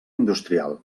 industrial